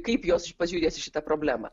kaip jos pažiūrės į šitą problemą